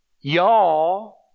Y'all